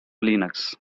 linux